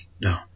No